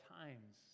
times